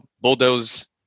bulldoze